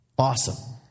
awesome